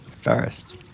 First